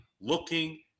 looking